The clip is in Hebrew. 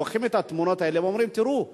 לוקחים את התמונות האלה ואומרים: תראו,